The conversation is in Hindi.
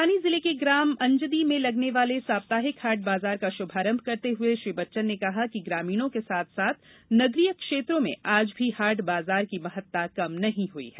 बड़वानी जिले के ग्राम अंजदी में लगने वाले साप्ताहिक हाट बाजार का शुभारंभ करते हुये श्री बच्चन ने कहा कि ग्रामीणो के साथ साथ नगरीय क्षेत्रो में आज भी हाट बाजार की महत्ता कम नही हुई है